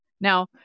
Now